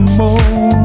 more